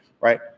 right